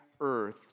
earth